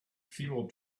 fuel